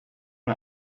man